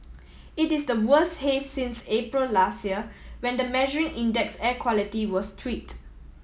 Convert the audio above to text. it is the worst haze since April last year when the measuring index air quality was tweaked